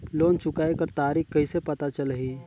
Loan चुकाय कर तारीक कइसे पता चलही?